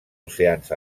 oceans